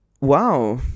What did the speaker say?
Wow